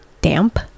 damp